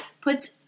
Puts